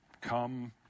come